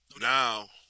Now